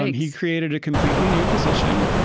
he created a completely new position,